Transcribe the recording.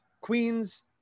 Queens